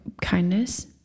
kindness